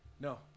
no